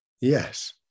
yes